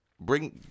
Bring